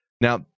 now